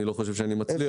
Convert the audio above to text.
אני לא חושב שאצליח.